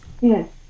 Yes